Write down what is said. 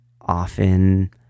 often